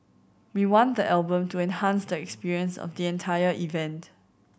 we want the album to enhance the experience of the entire event